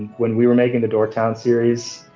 when we were making the dorktown series,